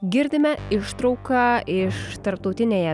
girdime ištrauką iš tarptautinėje